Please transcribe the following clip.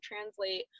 translate